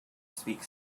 speak